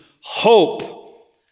hope